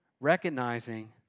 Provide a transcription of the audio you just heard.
recognizing